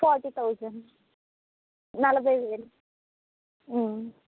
forty thousand నలభై వేలు